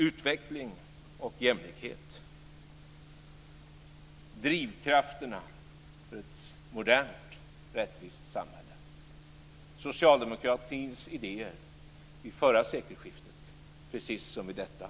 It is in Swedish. Utveckling och jämlikhet - drivkrafterna för ett modernt och rättvist samhälle - var socialdemokratins idéer vid förra sekelskiftet precis som det är vid detta.